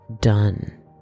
done